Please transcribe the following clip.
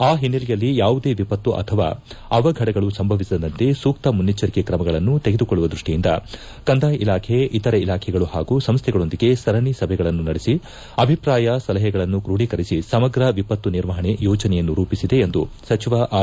ಆ ಓನ್ನೆಲೆಯಲ್ಲಿ ಯಾವುದೇ ವಿಪತ್ತು ಅಥವಾ ಅವಘಡಗಳು ಸಂಭವಿಸದಂತೆ ಸೂಕ್ತ ಮುನ್ನೆಜ್ಜರಿಕೆ ತ್ರಮಗಳನ್ನು ತೆಗೆದುಕೊಳ್ಳುವ ದ್ಯಷ್ಟಿಯಿಂದ ಕಂದಾಯ ಇಲಾಖೆ ಇತರೆ ಇಲಾಖೆಗಳು ಹಾಗೂ ಸಂಸ್ಥೆಗಳೊಂದಿಗೆ ಸರಣಿ ಸಭೆಗಳನ್ನು ನಡೆಸಿ ಅಭಿಪ್ರಾಯ ಸಲಪೆಗಳನ್ನು ಕ್ರೋಡೀಕರಿಸಿ ಸಮಗ್ರ ವಿಪತ್ತು ನಿರ್ವಹಣೆ ಯೋಜನೆಯನ್ನು ರೂಪಿಸಿದೆ ಎಂದು ಸಚಿವ ಆರ್